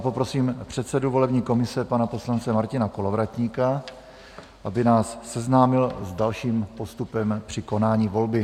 Poprosím předsedu volební komise, pana poslance Martina Kolovratníka, aby nás seznámil s dalším postupem při konání volby.